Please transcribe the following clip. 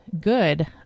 good